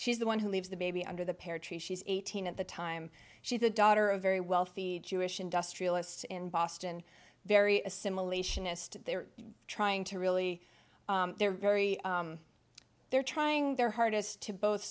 she's the one who leaves the baby under the pear tree she's eighteen at the time she's the daughter of very wealthy jewish industrialists in boston very assimilationist they're trying to really they're very they're trying their hardest to both